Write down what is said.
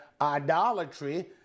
idolatry